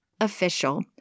official